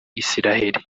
isiraheli